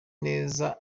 neza